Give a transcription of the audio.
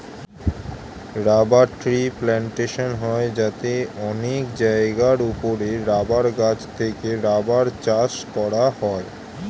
rubber tree plantation হয় যাতে অনেক জায়গার উপরে রাবার গাছ থেকে রাবার চাষ করা হয়